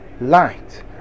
Light